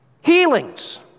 Healings